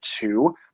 two